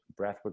breathwork